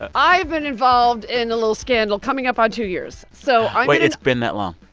ah i've been involved in a little scandal, coming up on two years. so i'm. wait. it's been that long?